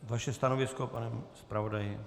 Vaše stanovisko, pane zpravodaji?